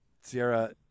Sierra